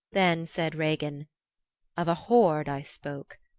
then said regin of a hoard i spoke.